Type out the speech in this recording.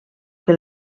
que